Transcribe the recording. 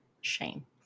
shame